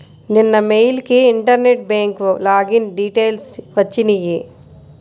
నిన్న మెయిల్ కి internet bank login details వచ్చినియ్యి